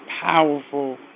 powerful